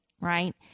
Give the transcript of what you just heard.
right